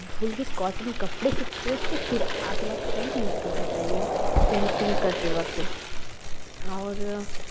धुलकर cotton कपड़े से पोंछकर फ़िर अगला पेंट यूज़ करना चाहिए पेंटिंग करते वक़्त और